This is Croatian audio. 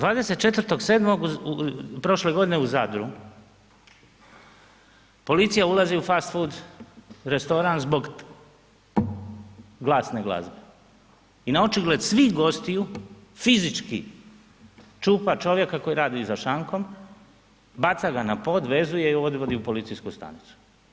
24.7. prošle godine u Zadru policija ulazi u Fast food restoran zbog glasne glazbe i na očigled svih gostiju fizički čupa čovjeka koji radi za šankom, baca ga na pod, vezuje i odvozi u policijsku stanicu.